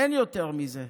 אין יותר מזה,